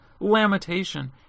lamentation